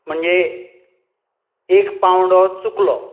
म्हणजे एक पांवडो चुकलो